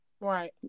Right